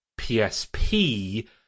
PSP